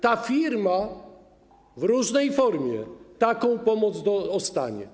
Ta firma w różnej formie taką pomoc dostanie.